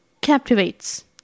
captivates